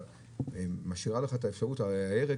והיא משאירה לך את האפשרות הרי הירק,